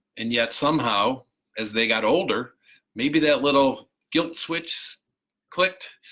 and yet somehow as they got older maybe that little guilt switch clicked,